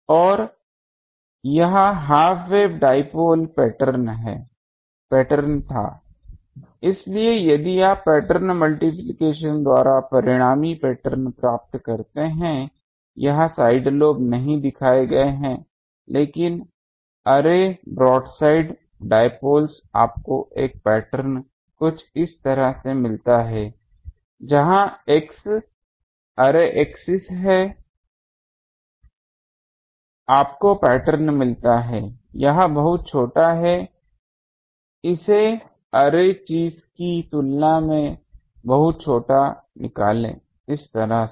और यह half wave dipole pattern था इसलिए यदि आप पैटर्न मल्टिप्लिकेशन द्वारा परिणामी पैटर्न प्राप्त करते हैं यहाँ साइड लोब नहीं दिखाए गए हैं लेकिन अर्रे ब्रॉडसाइड डाइपोल्स आपको एक पैटर्न कुछ इस तरह से मिलता है जहाँ x अर्रे एक्सिस है आपको पैटर्न मिलता है यह बहुत छोटा है इसे अर्रे चीज़ की तुलना में बहुत छोटा निकालें इस तरह से